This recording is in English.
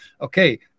okay